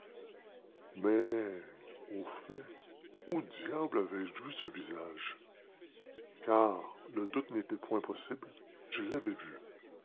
au fait où diable avais-je vu ce visage car le doute n'était point possible je l'avais vu